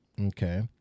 Okay